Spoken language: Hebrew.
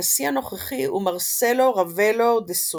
הנשיא הנוכחי הוא מרסלו רבלו דה סוזה.